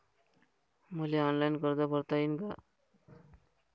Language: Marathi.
मले ऑनलाईन कर्ज भरता येईन का?